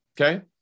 okay